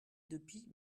depuis